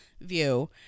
view